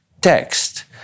text